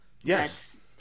Yes